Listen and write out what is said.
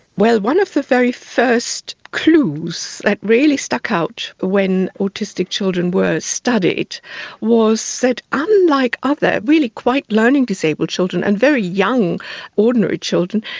well, one of the first clues that really stuck out when autistic children were studied was that unlike other really quite learning disabled children and very young ordinary children,